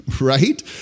right